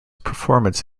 performance